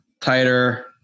tighter